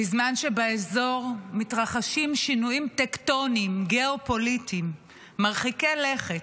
בזמן שבאזור מתרחשים שינויים טקטוניים גיאופוליטיים מרחיקי לכת,